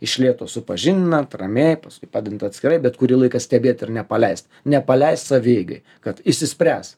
iš lėto supažindinat ramiai paskui padedant atskirai bet kurį laiką stebėt ir nepaleist nepaleist savieigai kad išsispręs